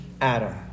Adam